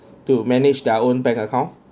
to manage their own bank account